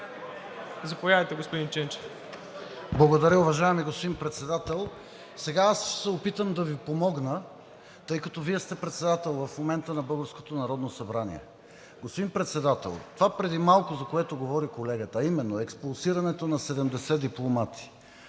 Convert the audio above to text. (БСП за България): Благодаря, уважаеми господин Председател. Сега аз ще се опитам да Ви помогна, тъй като Вие в момента сте председател на българското Народно събрание. Господин Председател, това преди малко, за което говори колегата, а именно: експулсирането на 70 дипломати